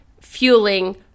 fueling